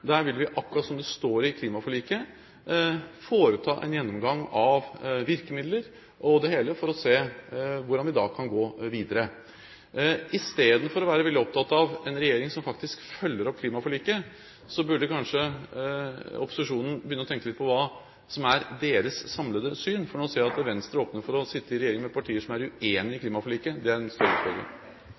Der vil vi – akkurat som det står i klimaforliket – foreta en gjennomgang av virkemidler og det hele for å se hvordan vi kan gå videre. Istedenfor å være veldig opptatt av en regjering som faktisk følger opp klimaforliket, burde kanskje opposisjonen begynne å tenke litt på hva som er deres samlede syn, for nå ser jeg at Venstre åpner for å sitte i regjering med partier som er uenig i klimaforliket. Det er en